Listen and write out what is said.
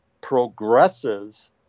progresses